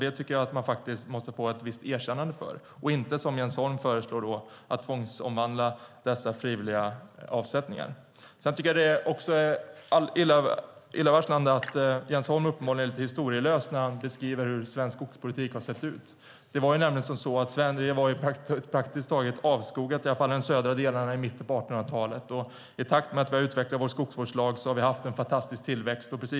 Det tycker jag att de måste få ett erkännande för. Vi ska inte som Jens Holm föreslår tvångsomvandla dessa frivilliga avsättningar. Det är illavarslande att Jens Holm är historielös när han beskriver hur svensk skogspolitik har sett ut. Sverige var praktiskt taget avskogat - i alla fall i de södra delarna - i mitten av 1800-talet. I takt med att vi har utvecklat vår skogsvårdslag har vi haft en fantastisk tillväxt.